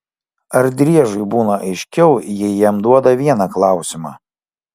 ar driežui būna aiškiau jei jam duoda vieną klausimą